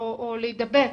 או להידבק,